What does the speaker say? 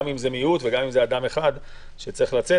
גם אם זה מיעוט וגם אם זה אדם אחד שצריך לצאת,